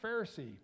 Pharisee